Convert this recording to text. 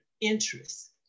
interest